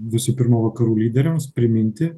visų pirma vakarų lyderiams priminti